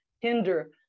hinder